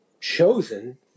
chosen